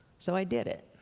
so i did it.